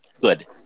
good